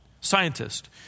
scientist